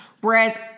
whereas